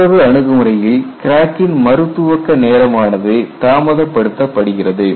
மற்றொரு அணுகுமுறையில் கிராக்கின் மறு துவக்க நேரமானது தாமதப்படுத்துகிறது